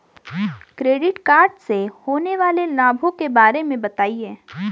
Credit card से होने वाले लाभों के बारे में बताएं?